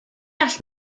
all